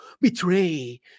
betray